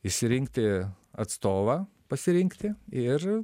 išsirinkti atstovą pasirinkti ir